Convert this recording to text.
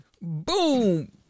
Boom